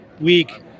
week